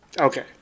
Okay